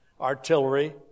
artillery